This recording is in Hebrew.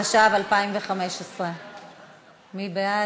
התשע"ו 2015. מי בעד?